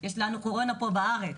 יש קורונה פה בארץ,